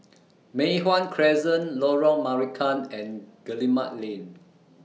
Mei Hwan Crescent Lorong Marican and Guillemard Lane